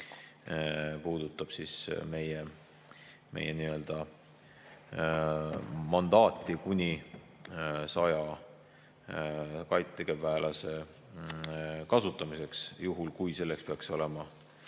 puudutab meie mandaati kuni saja tegevväelase kasutamiseks, juhul kui selleks peaks olema